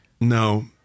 no